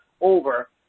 over